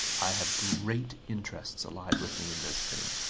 i have great interests allied with me in this thing.